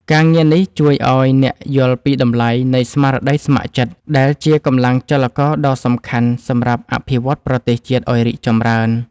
ការងារនេះជួយឱ្យអ្នកយល់ពីតម្លៃនៃ ស្មារតីស្ម័គ្រចិត្ត ដែលជាកម្លាំងចលករដ៏សំខាន់សម្រាប់អភិវឌ្ឍប្រទេសជាតិឱ្យរីកចម្រើន។